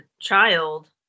child